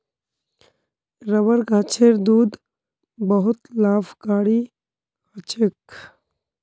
rubber गाछेर दूध बहुत लाभकारी ह छेक